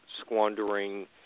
Squandering